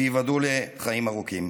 שייבדלו לחיים ארוכים.